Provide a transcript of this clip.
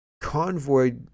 convoy